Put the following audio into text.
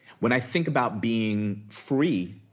when i think about being free,